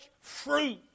fruit